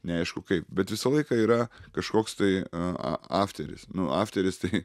neaišku kaip bet visą laiką yra kažkoks tai a a afteris nu afteris tai